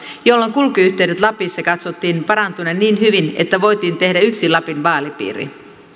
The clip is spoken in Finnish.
jolloin kulkuyhteyksien lapissa katsottiin parantuneen niin hyvin että voitiin tehdä yksi lapin vaalipiiri